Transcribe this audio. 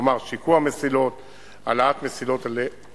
כלומר שיקוע מסילות והעלאת מסילות על גשר.